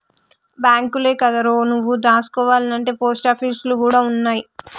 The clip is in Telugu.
బాంకులే కాదురో, నువ్వు దాసుకోవాల్నంటే పోస్టాపీసులు గూడ ఉన్నయ్